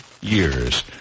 years